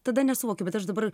tada nesuvokiau bet aš dabar